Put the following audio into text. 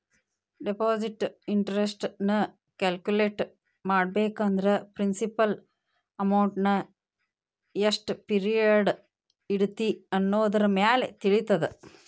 deposit interest ನ calculate ಮಾಡ್ಬೇಕಂದ್ರ principal ಅಮೌಂಟ್ನಾ ಎಷ್ಟ್ ಪಿರಿಯಡ್ ಇಡತಿ ಅನ್ನೋದರಮ್ಯಾಲೆ ತಿಳಿತದ